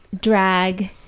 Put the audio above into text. drag